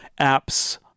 apps